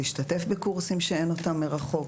להשתתף בקורסים שאין אותם מרחוק?